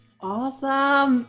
Awesome